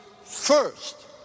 first